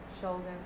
shoulders